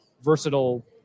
versatile